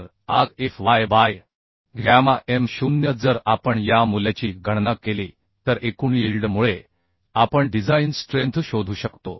तर Ag Fy by gamma m 0 जर आपण या मूल्याची गणना केली तर एकूण यील्ड मुळे आपण डिझाइन स्ट्रेंथ शोधू शकतो